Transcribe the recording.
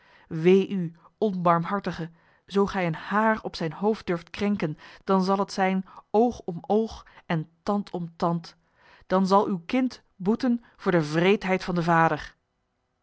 wee u onbarmhartige zoo gij een haar op zijn hoofd durft krenken dan zal het zijn oog om oog en tand om tand dan zal uw kind boeten voor de wreedheid van den vader